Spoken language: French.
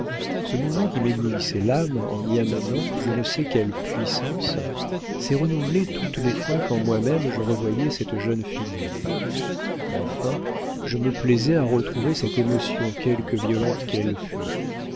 ce mouvement qui m'éblouissait l'âme en y amenant je ne sais quelle puissance s'est renouvelé toutes les fois qu'en moi-même je revoyais cette jeune figure enfin je me plaisais à retrouver cette émotion quelque violente